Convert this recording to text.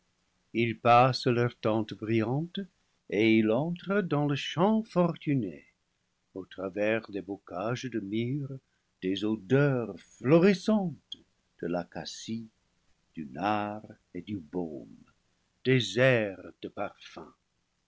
il passe leurs tentes brillantes et il entre dans le champ fortuné au travers des bocages de myrrhe des odeurs florissantes de la cassie du nard et du baume désert de parfums